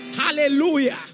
Hallelujah